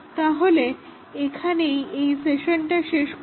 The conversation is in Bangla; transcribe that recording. তাহলে এখানেই এই সেশনটা শেষ করছি